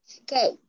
okay